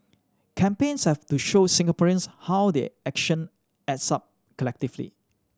campaigns have to show Singaporeans how their action adds up collectively